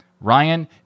ryan